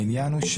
העניין הוא,